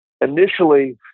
initially